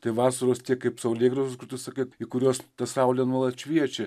tai vasaros kaip saulėgrąžos grūdus ir kad į kuriuos ta saulė nuolat šviečia